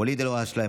ואליד אלהואשלה,